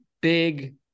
big